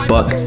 Buck